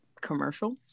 commercial